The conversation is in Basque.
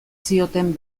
zioten